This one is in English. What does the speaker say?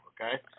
Okay